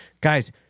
guys